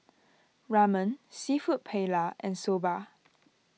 Ramen Seafood Paella and Soba